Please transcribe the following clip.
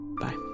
bye